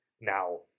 Now